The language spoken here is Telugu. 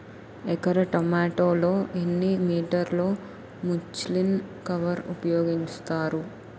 ఎకర టొమాటో లో ఎన్ని మీటర్ లో ముచ్లిన్ కవర్ ఉపయోగిస్తారు?